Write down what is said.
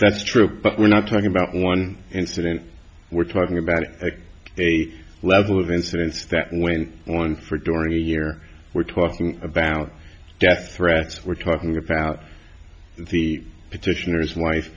that's true but we're not talking about one incident we're talking about a level of incidents that went on for during the year we're talking about death threats we're talking about the petitioners wife